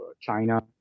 China